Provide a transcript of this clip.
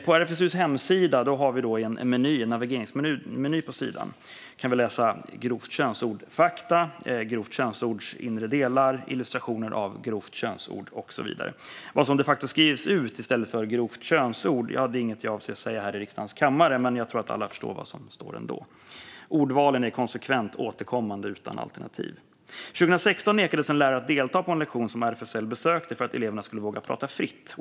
På RFSU:s hemsida finns en navigeringsmeny, och där kan man läsa fakta om "grovt könsord", läsa om "grovt könsords" inre delar, se illustrationer av "grovt könsord" och så vidare. Vad det faktiskt står i stället för "grovt könsord" är inget jag avser att säga i riksdagens kammare, men jag tror att alla ändå förstår vad som står. Ordvalen är konsekvent återkommande och utan alternativ. År 2016 nekades en lärare att delta på en lektion som RFSL besökte för att eleverna skulle våga prata fritt.